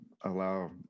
allow